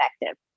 effective